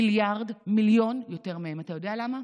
ביליארד, מיליון יותר מהם, אתה יודע למה?